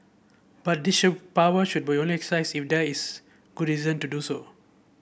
but this power should be only exercised if there is good reason to do so